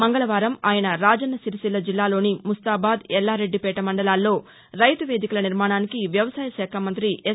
మంగళవారం ఆయస రాజన్నసిరిసిల్ల జిల్లాలోని ముస్తాబాద్ ఎల్లారెడ్డిపేట మండలాల్లో రైతువేదికల నిర్నాణానికి వ్యవసాయశాఖ మంఁతి ఎస్